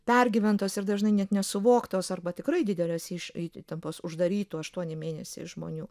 pergyventos ir dažnai net nesuvoktos arba tikrai didelės iš į įtampos uždarytų aštuoni mėnesiai žmonių